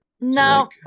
no